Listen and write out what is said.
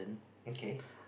okay